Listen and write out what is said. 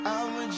I'ma